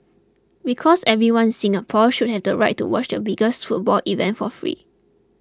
because everyone in Singapore should have the right to watch the biggest football event for free